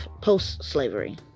post-slavery